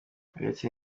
uretse